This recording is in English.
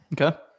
Okay